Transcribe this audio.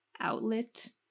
outlet